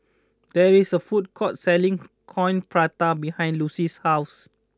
there is a food court selling Coin Prata behind Lucy's house